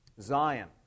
Zion